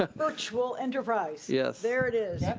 ah virtual enterprise. yeah there it is,